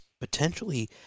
potentially